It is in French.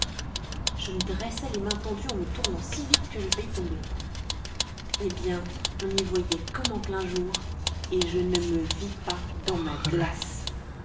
je me dressai les mains tendues en me tournant si vite que je faillis tomber eh bien on y voyait comme en plein jour et je ne me vis pas dans ma glace